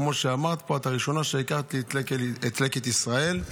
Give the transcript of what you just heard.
כמו שאמרת פה, את הראשונה שהכרת לי את לקט ישראל,